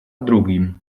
drugim